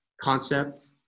concept